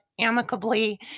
amicably